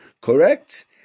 correct